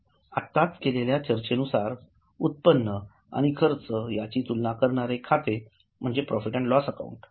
आत्ताच केलेल्या चर्चेनुसार उत्पन्न आणि खर्च यांची तुलना करणारे खाते म्हणजे प्रॉफिट अँड लॉस अकाउंट